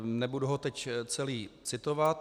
Nebudu ho teď celý citovat.